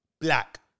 Black